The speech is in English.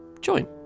join